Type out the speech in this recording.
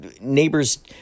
neighbors